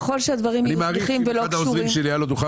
אני מעריך שאם לאחד העוזרים שלי היה דוכן